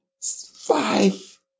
five